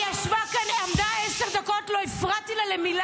היא עמדה כאן עשר דקות, לא הפרעתי לה למילה.